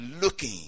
looking